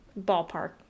Ballpark